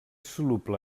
soluble